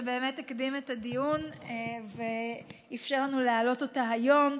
שבאמת הקדים את הדיון ואפשר לנו להעלות אותה היום,